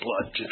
blood